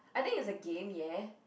I think it's a game ya